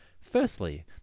Firstly